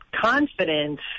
confidence